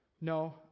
No